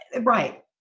right